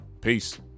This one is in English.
Peace